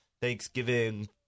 Thanksgiving